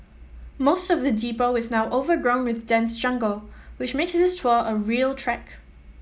most of the depot is now overgrown with dense jungle which makes this tour a real trek